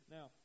Now